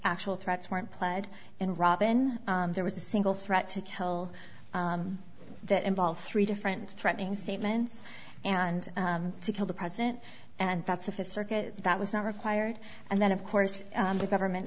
actual threats weren't pled in robin there was a single threat to kill that involved three different threatening statements and to kill the president and that's a fifth circuit that was not required and then of course the government